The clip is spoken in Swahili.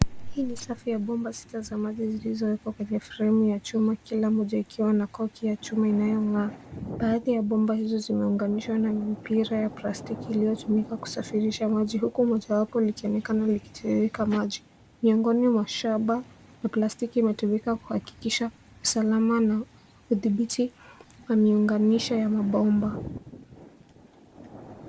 Hii ni safu ya bomba sita za maji zilizowekwa kwenye fremu ya chuma kila moja ikiwa na koki ya chuma inayo vaa. Baadhi ya bomba hizo zimeunganishwa na mipira ya plastiki iliyotumika kusafirisha maji huku mojawapo likionekana likitiririka maji. Miongoni mwa shaba na plastiki imetumika kuhakikisha usalama na udhibiti wa miunganisho ya mabomba.